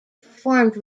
performed